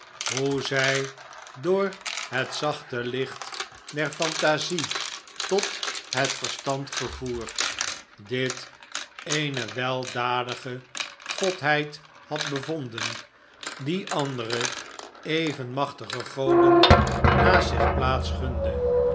hoe zij door het zachte iicht der fantasie tot het verstand ge'voerd dit eene weldadige godheid had bevonden die andere even machtige goden naast zich